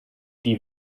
die